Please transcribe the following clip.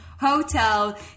Hotel